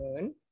Moon